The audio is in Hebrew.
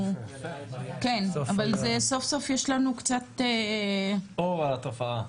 אבל סוף סוף יש לנו קצת אור על התופעה.